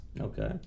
Okay